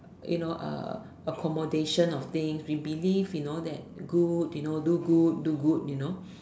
you know accommodation of things we believe you know that good you know do good do good you know